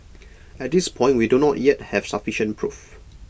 at this point we do not yet have sufficient proof